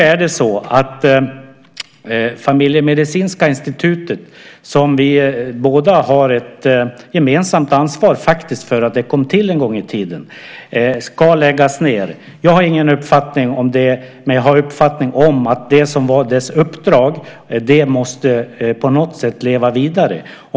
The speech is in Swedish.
Vi har båda ett gemensamt ansvar för att Familjemedicinska institutet kom till en gång i tiden. Det ska nu läggas ned. Jag har ingen uppfattning om det, men jag har en uppfattning om att det som var dess uppdrag på något sätt måste leva vidare.